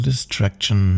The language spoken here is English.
Distraction